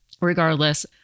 regardless